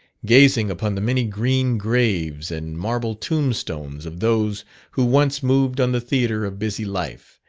gazing upon the many green graves and marble tombstones of those who once moved on the theatre of busy life,